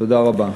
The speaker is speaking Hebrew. תודה רבה.